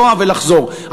לנסוע ולחזור,